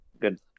Good